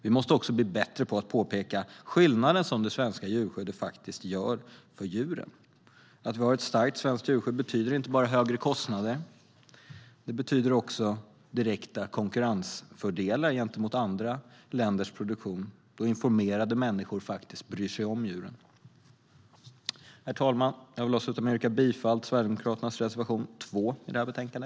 Vi måste också bli bättre på att påpeka skillnaden som det svenska djurskyddet faktiskt gör för djuren. Att vi har ett starkt svenskt djurskydd betyder inte bara högre kostnader. Det betyder också direkta konkurrensfördelar gentemot andra länders produktion, då informerade människor faktiskt bryr sig om djuren. Herr talman! Jag vill avsluta med att yrka bifall till Sverigedemokraternas reservation 2 i detta betänkande.